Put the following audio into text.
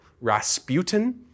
Rasputin